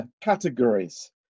categories